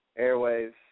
airwaves